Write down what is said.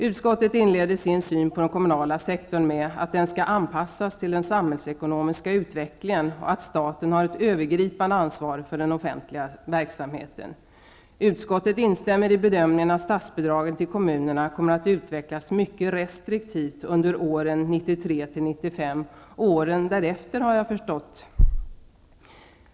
Utskottet inleder vad gäller den kommunala sektorn med att säga att den skall anpassas till den samhällsekonomiska utvecklingen, och att staten har ett övergripande ansvar för den offentliga verksamheten. Utskottet instämmer i bedömningen att statsbidragen till kommunerna kommer att utvecklas mycket restriktivt under åren 1993--1995, och åren därefter om jag har förstått rätt.